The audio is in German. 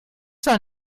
zwar